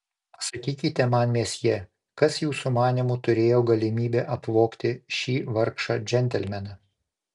pasakykite man mesjė kas jūsų manymu turėjo galimybę apvogti šį vargšą džentelmeną